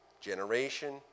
Generation